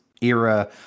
era